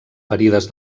ferides